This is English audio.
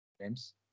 James